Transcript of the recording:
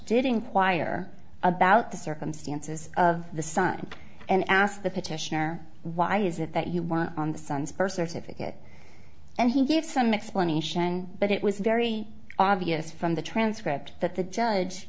did inquire about the circumstances of the son and asked the petitioner why is it that you want on the son's birth certificate and he gave some explanation but it was very obvious from the transcript that the judge